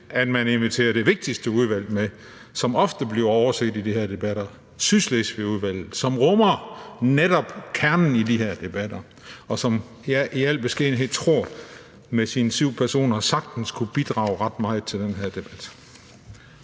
at man inviterer det vigtigste udvalg med, som ofte bliver overset i de her debatter, nemlig Sydslesvigudvalget, som rummer netop kernen i de her debatter, og som jeg i al beskedenhed tror med sine syv personer sagtens kunne bidrage ret meget til den her debat.